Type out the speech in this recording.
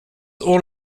all